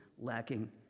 lacking